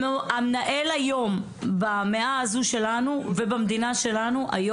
אני לא מנסה בשום פנים ואופן להתחרות עם הידע הרב שלך בתחום המשפט.